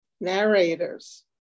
narrators